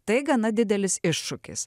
tai gana didelis iššūkis